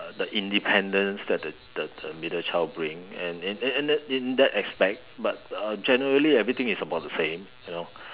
uh the independence that the the the middle child bring and in in in in that aspect but uh generally everything is about the same you know